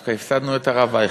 דווקא הפסדנו את הרב אייכלר.